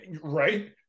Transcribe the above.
right